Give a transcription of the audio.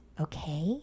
Okay